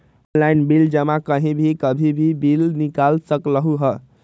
Online bill जमा कहीं भी कभी भी बिल निकाल सकलहु ह?